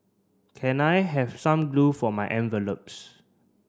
can I have some glue for my envelopes